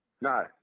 No